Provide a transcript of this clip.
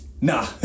Nah